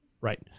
Right